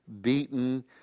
beaten